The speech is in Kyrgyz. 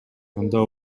анда